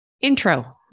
intro